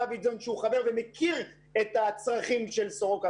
דווידסון, שהוא חבר ומכיר את הצרכים של סורוקה,